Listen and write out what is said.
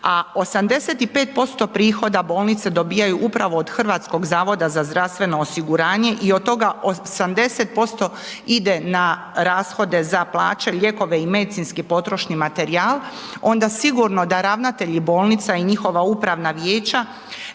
a 85% prihoda bolnice dobivaju upravo od HZZO-a i od toga 80% ide na rashode za plaće, lijekove i medicinski potrošni materijal, onda sigurno da ravnatelji bolnica i njihova upravna vijeća